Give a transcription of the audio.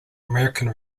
american